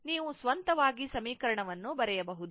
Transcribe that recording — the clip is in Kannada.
ನೀವು ಸ್ವಂತವಾಗಿ ಸಮೀಕರಣವನ್ನು ಬರೆಯಬಹುದು